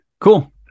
cool